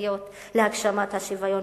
המרכזיות להגשמת השוויון.